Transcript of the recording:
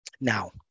now